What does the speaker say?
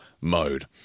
Mode